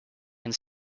and